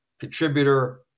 contributor –